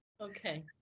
Okay